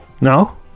No